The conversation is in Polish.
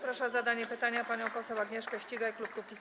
Proszę o zadanie pytania panią poseł Agnieszkę Ścigaj, klub Kukiz’15.